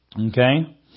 Okay